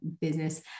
business